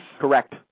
Correct